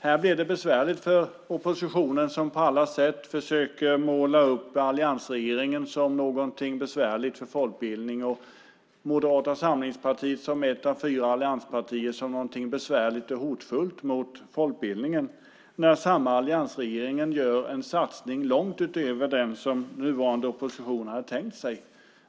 Här blir det besvärligt för oppositionen som på alla sätt försöker måla upp alliansregeringen som någonting besvärligt för folkbildningen och Moderata samlingspartiet som ett av fyra allianspartier som någonting besvärligt och hotfullt mot folkbildningen när samma alliansregering gör en satsning långt utöver den som nuvarande opposition har tänkt sig.